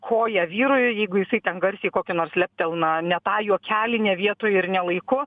koją vyrui jeigu jisai ten garsiai kokią nors leptelna ne tą juokelį ne vietoj ir ne laiku